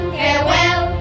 farewell